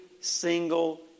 single